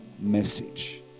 message